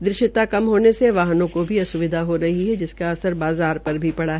दृश्यता कम होने से वाहने को भी अस्विधा हो रही है जिसका असर बाज़ार पर भी पड़ा